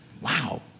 wow